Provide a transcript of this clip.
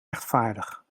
rechtvaardig